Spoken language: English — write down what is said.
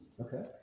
Okay